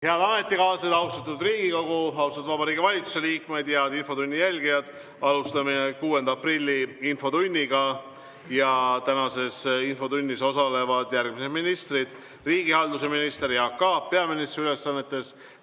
Head ametikaaslased! Austatud Riigikogu! Austatud Vabariigi Valitsuse liikmed! Head infotunni jälgijad! Alustame 6. aprilli infotundi. Tänases infotunnis osalevad järgmised ministrid: riigihalduse minister Jaak Aab peaministri ülesannetes,